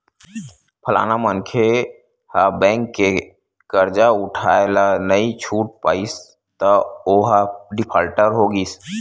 फलाना मनखे ह बेंक के करजा उठाय ल नइ छूट पाइस त ओहा डिफाल्टर हो गिस